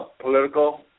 political